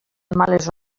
males